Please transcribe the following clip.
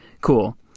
Cool